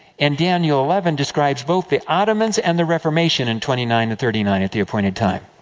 and daniel eleven describes both the ottomans, and the reformation, in twenty nine and thirty nine, at the appointed time.